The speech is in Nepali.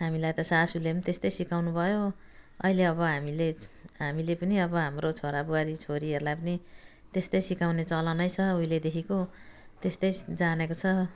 हामीलाई त सासूले पनि त्यस्तै सिकाउनुभयो अहिले अब हामीले हामीले पनि अब हाम्रो छोराबुहारी छोरीहरूलाई पनि त्यस्तै सिकाउने चलनै छ उहिलेदेखिको त्यस्तै जानेको छ